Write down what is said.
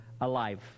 alive